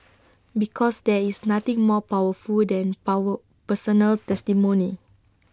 because there is nothing more powerful than power personal testimony